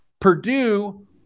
Purdue